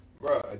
bro